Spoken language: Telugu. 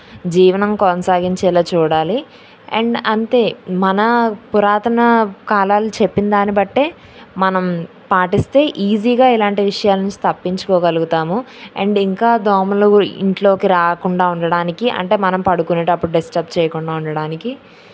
జీవనం కొనసాగించేలా చూడాలి అండ్ అంతే మన పురాతన కాలాలు చెప్పిందాన్ని బట్టే మనం పాటిస్తే ఈజీగా ఇలాంటి విషయాలను నుంచి తప్పించుకోగలుగుతాము అండ్ ఇంకా దోమలు కూడా ఇంట్లోకి రాకుండా ఉండటానికి అంటే మనం పడుకునేటప్పుడు డిస్టబ్ చేయకుండా ఉండటానికి